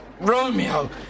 Romeo